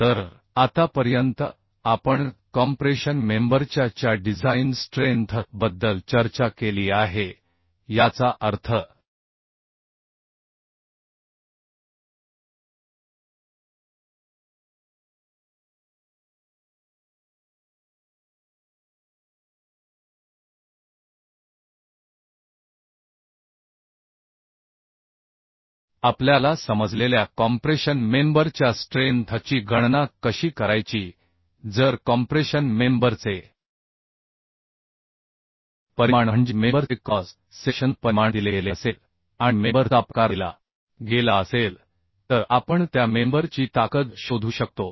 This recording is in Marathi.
तर आतापर्यंत आपण कॉम्प्रेशन मेंबरच्या च्या डिझाइन स्ट्रेंथ बद्दल चर्चा केली आहे याचा अर्थ आपल्याला समजलेल्या कॉम्प्रेशन मेंबरच्या स्ट्रेंथ ची गणना कशी करायची जर कॉम्प्रेशन मेंबरचे परिमाण म्हणजे मेंबर चे क्रॉस सेक्शनल परिमाण दिले गेले असेल आणि मेंबर चा प्रकार दिला गेला असेल तर आपण त्या मेंबर ची ताकद शोधू शकतो